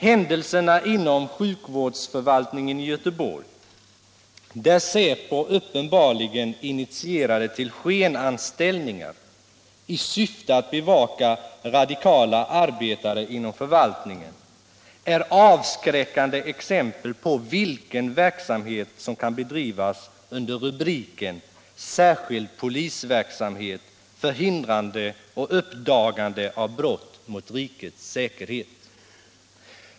Händelserna inom sjukvårdsförvaltningen i Göteborg, där säpo uppenbarligen initierade till skenanställningar i syfte att bevaka radikala arbetare inom förvaltningen, är avskräckande exempel på vilken verksamhet som kan bedrivas under rubriken Särskild polisverksamhet för hindrande och uppdagande av brott mot rikets säkerhet.